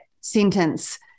sentence